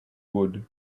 would